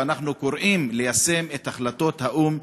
ואנחנו קוראים ליישם את החלטות האו"ם,